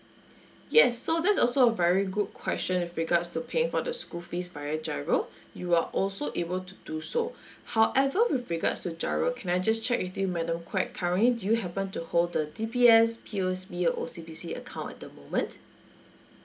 yes so that's also a very good question with regards to paying for the school fees via GIRO you are also able to do so however with regards to GIRO can I just check with you madam quak currently do you happen to hold the D_B_S P_O_S_B or O_C_B_C account at the moment